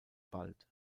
bald